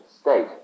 state